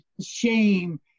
shame